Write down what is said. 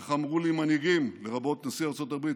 איך אמרו לי מנהיגים, לרבות נשיא ארצות הברית?